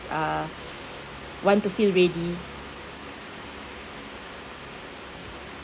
uh want to feel ready